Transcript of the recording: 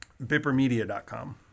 Bippermedia.com